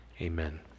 Amen